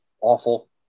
awful